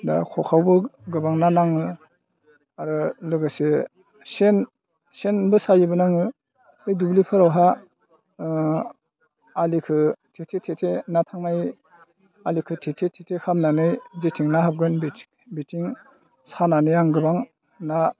दा खखायावबो गोबां ना नाङो आरो लोगोसे सेन सेनबो सायोमोन आङो बै दुब्लिफोरावहाय आलिखौ थेथे थेथे ना थांनाय आलिखौ थेथे थेथे खालामनानै जेथिं ना हाबगोन बेथिं सानानै आं गोबां ना